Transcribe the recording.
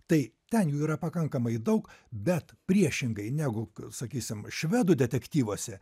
tai ten jų yra pakankamai daug bet priešingai negu sakysim švedų detektyvuose